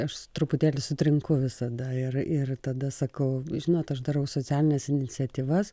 aš truputėlį sutrinku visada ir ir tada sakau žinot aš darau socialines iniciatyvas